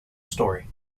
story